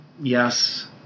yes